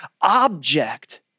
object